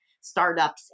startups